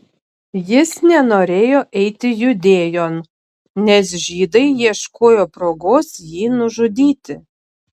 jis nenorėjo eiti judėjon nes žydai ieškojo progos jį nužudyti